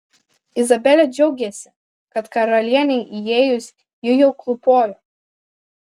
izabelė džiaugėsi kad karalienei įėjus ji jau klūpojo